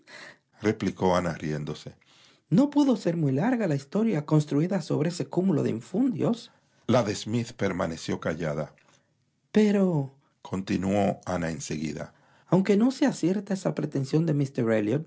ana riéndose no pudo ser muy larga la historia construída sobre ese cúmulo de infundios la de smith permaneció callada perocontinuó ana en seguidaaunque no sea cierta esa pretensión de